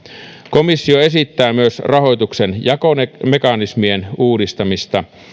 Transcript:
komissio esittää myös rahoituksen jakomekanismien uudistamista